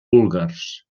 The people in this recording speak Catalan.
búlgars